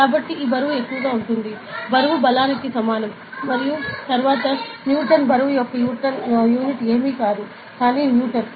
కాబట్టి ఈ బరువు ఎక్కువగా ఉంటుంది బరువు బలానికి సమానం మరియు తరువాత న్యూటన్ బరువు యొక్క యూనిట్ ఏమీ కాదు కానీ న్యూటన్